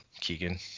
Keegan